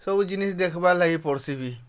ସବୁ ଜିନିଷ୍ ଦେଖ୍ବାର୍ ଲାଗି ପଡ଼୍ସି ବି